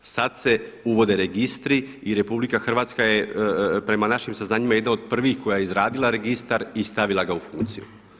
Sada se uvode registri i RH je prema našim saznanjima jedna od prvih koja je izradila registar i stavila ga u funkciju.